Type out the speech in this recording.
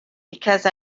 because